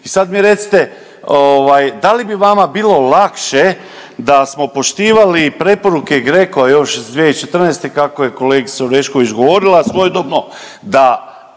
I sad mi recite, ovaj, da li bi vama bilo lakše da smo poštivali preporuke GRECO-a još iz 2014., kako je kolegica Orešković govorila svojedobno da